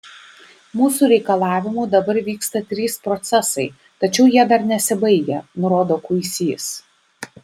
mūsų reikalavimu dabar vyksta trys procesai tačiau jie dar nesibaigę nurodo kuisys